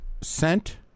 sent